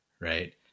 right